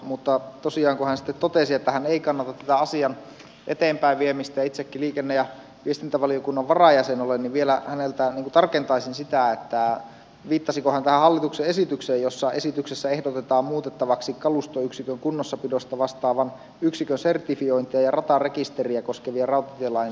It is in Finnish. mutta tosiaan kun hän sitten totesi että hän ei kannata tätä asian eteenpäinviemistä ja itsekin liikenne ja viestintävaliokunnan varajäsen olen niin vielä häneltä tarkentaisin sitä viittasiko hän tähän hallituksen esitykseen jossa esityksessä ehdotetaan muutettavaksi kalustoyksikön kunnossapidosta vastaavan yksikön sertifiointeja ja ratarekisteriä koskevia rautatielain säännöksiä